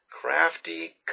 crafty